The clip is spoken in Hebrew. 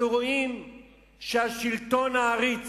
אנחנו רואים שהשלטון העריץ,